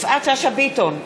יפעת שאשא ביטון,